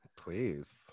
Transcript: Please